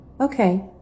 Okay